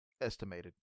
estimated